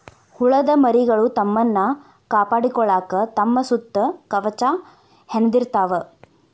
ಹುಳದ ಮರಿಗಳು ತಮ್ಮನ್ನ ಕಾಪಾಡಕೊಳಾಕ ತಮ್ಮ ಸುತ್ತ ಕವಚಾ ಹೆಣದಿರತಾವ